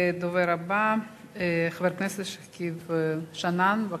הדובר הבא, חבר הכנסת שכיב שנאן, בבקשה.